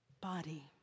Body